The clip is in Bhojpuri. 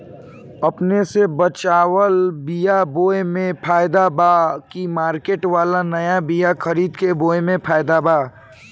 अपने से बचवाल बीया बोये मे फायदा बा की मार्केट वाला नया बीया खरीद के बोये मे फायदा बा?